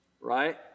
right